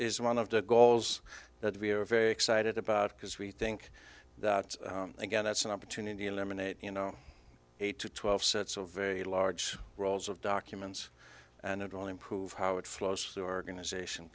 one of the goals that we are very excited about because we think that again that's an opportunity eliminate you know eight to twelve very large rolls of documents and it will improve how it flows the organization